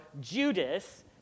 Judas